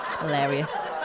hilarious